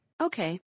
Okay